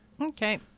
Okay